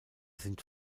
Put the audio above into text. sind